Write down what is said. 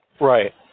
Right